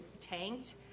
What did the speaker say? tanked